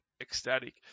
ecstatic